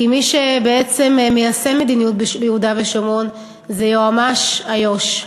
כי מי שבעצם מיישם מדיניות ביהודה ושומרון זה יועמ"ש איו"ש.